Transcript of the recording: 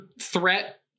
threat